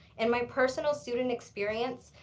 in my personal student experience,